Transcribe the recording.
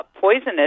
poisonous